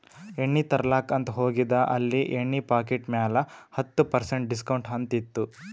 ಎಣ್ಣಿ ತರ್ಲಾಕ್ ಅಂತ್ ಹೋಗಿದ ಅಲ್ಲಿ ಎಣ್ಣಿ ಪಾಕಿಟ್ ಮ್ಯಾಲ ಹತ್ತ್ ಪರ್ಸೆಂಟ್ ಡಿಸ್ಕೌಂಟ್ ಅಂತ್ ಇತ್ತು